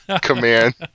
command